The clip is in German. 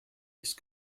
ist